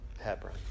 Hebron